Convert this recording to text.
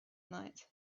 night